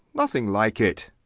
nothing like it.